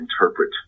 interpret